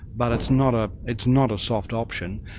but it's not ah it's not a soft option,